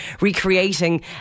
recreating